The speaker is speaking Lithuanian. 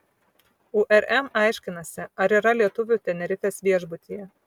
urm aiškinasi ar yra lietuvių tenerifės viešbutyje